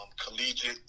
collegiate